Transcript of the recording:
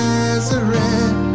Nazareth